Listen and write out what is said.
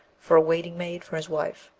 for a waiting-maid for his wife,